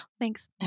Thanks